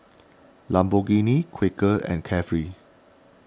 Lamborghini Quaker and Carefree